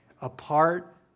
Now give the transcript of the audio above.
Apart